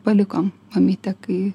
paliko mamytę kai